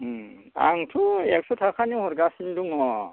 ओम आंथ' एकस'थाखानि हरगासिनो दङ